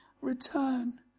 return